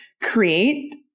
create